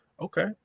okay